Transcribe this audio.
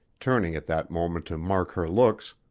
turning at that moment to mark her looks,